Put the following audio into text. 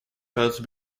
faire